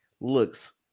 looks